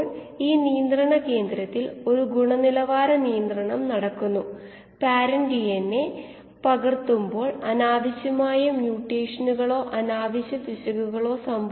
അതിനാൽ ഒരു കീമോസ്റ്റാറ്റിന്റെ പരമാവധി ഉൽപാദനക്ഷമത ഒരു ബാചുമായി താരതമ്യം ചെയുമ്പോഴുള്ള അനുപാതം മൂന്ന് മുതൽ നാല് വരെയാണ്